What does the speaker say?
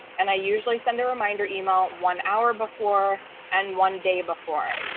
and i usually send a reminder email one hour before and one day before.